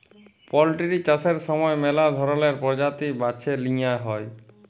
poultry চাষের সময় ম্যালা ধরলের পরজাতি বাছে লিঁয়া হ্যয়